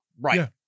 right